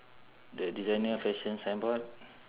the designer fashion signboard